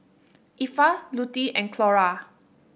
Effa Lutie and Clora